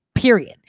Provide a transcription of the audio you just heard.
Period